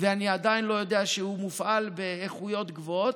ואני עדיין לא יודע שהוא מופעל באיכויות גבוהות.